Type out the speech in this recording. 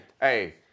Hey